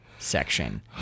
section